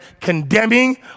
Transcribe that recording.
condemning